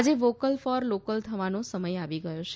આજે vocal for local થવાનો સમય આવી ગયો છે